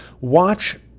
Watch